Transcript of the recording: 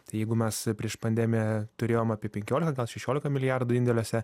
tai jeigu mes prieš pandemiją turėjom apie penkiolika gal šešiolika milijardų indėliuose